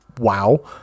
wow